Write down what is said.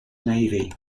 navy